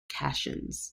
cations